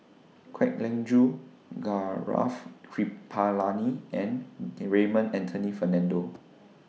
Kwek Leng Joo Gaurav Kripalani and The Raymond Anthony Fernando